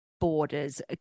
borders